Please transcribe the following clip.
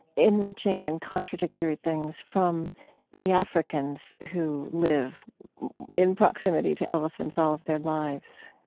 enriching in contradictory things from the africans who live in proximity to elephants all of their lives,